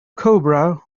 cobra